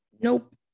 Nope